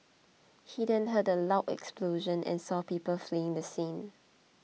he then heard a loud explosion and saw people fleeing the scene